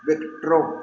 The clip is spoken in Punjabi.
ਵਿਕਟ੍ਰੋਪ